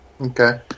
Okay